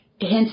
hence